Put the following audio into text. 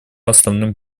основным